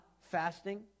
fasting